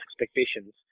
expectations